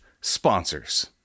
sponsors